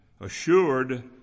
assured